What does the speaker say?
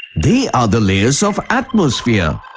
they are the layers of atmosphere.